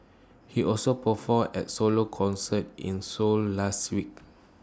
he also performed at solo concerts in Seoul last week